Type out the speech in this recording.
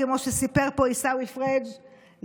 כמו שסיפר פה עיסאווי פריג',